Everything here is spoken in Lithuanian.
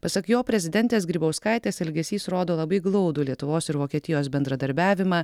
pasak jo prezidentės grybauskaitės elgesys rodo labai glaudų lietuvos ir vokietijos bendradarbiavimą